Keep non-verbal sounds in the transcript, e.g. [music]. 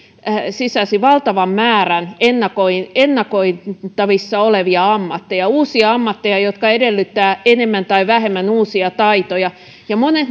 sisälsi valtavan määrän ennakoitavissa ennakoitavissa olevia ammatteja uusia ammatteja jotka edellyttävät enemmän tai vähemmän uusia taitoja ja monet [unintelligible]